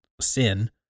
sin